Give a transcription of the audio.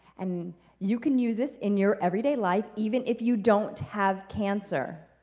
and you can use this in your everyday life even if you don't have cancer.